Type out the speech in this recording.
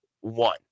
one